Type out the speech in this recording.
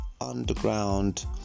underground